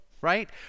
right